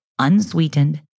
unsweetened